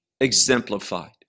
exemplified